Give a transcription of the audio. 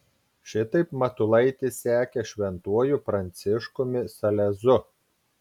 šitaip matulaitis sekė šventuoju pranciškumi salezu